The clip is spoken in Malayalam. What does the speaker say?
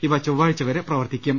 ഇവ ചൊവ്വാഴ്ച വരെ പ്രവർത്തിക്കും